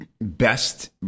best